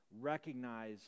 recognize